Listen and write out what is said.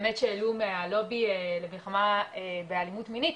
באמת שהעלו מהלובי למלחמה באלימות מינית,